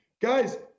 Guys